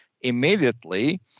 immediately